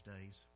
days